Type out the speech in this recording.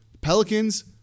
Pelicans